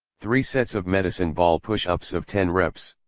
three sets of medicine ball push ups of ten reps.